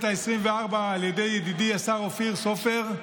העשרים-וארבע על ידי ידידי השר אופיר סופר,